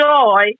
joy